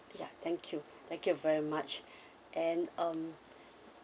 ya thank you thank you very much and um